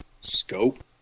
scope